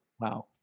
Wow